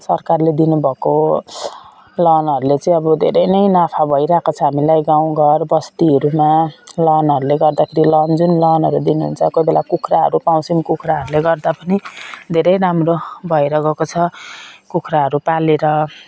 सरकारले दिनुभएको प्लानहरूले चाहिँ अब धेरै नै नाफा भइरहेको छ हामीलाई गाउँघर बस्तीहरूमा लोनहरले गर्दा त्यो लोन जुन लोन दिनुहुन्छ कोही बेला कुखुराहरू पाउँछौँ कुखुराहरूले गर्दा पनि धेरै राम्रो भएर गएको छ कुखुराहरू पालेर